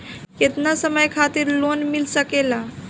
केतना समय खातिर लोन मिल सकेला?